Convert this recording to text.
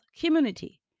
community